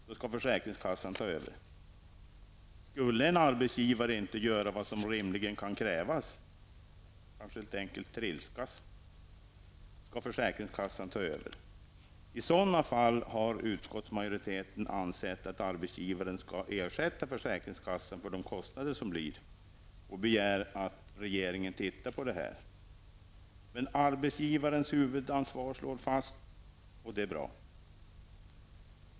Då skall försäkringskassan ta över. Om en arbetsgivare inte skulle göra vad som rimligen kan krävas -- kanske helt enkelt trilskas -- skall försäkringskassan ta över. Utskottsmajoriteten har ansett att arbetsgivaren i sådana fall skall ersätta försäkringskassan för de kostnader som uppstår. Vi begär att regeringen tittar på detta. Arbetsgivarens huvudansvar slås fast. Det är bra.